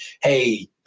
hey